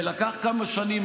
זה לקח כמה שנים,